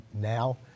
now